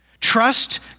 trust